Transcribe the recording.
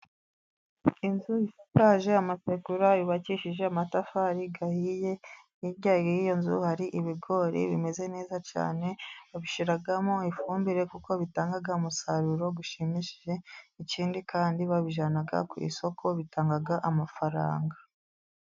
Inzu ishaje amategura , yubakishije amatafari ahiye. Hirya y'iyo nzu hari ibigori bimeze neza cyane, babishyiramo ifumbire kuko bitanga umusaruro ushimishije. Ikindi kandi babijyana ku isoko, bitanga amafaranga.